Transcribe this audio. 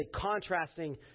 contrasting